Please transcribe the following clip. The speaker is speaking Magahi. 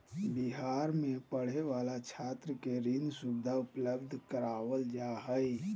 बिहार में पढ़े वाला छात्र के ऋण सुविधा उपलब्ध करवाल जा हइ